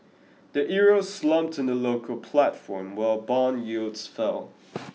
the Euro slumped in the local platform while bond yields fell